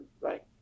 right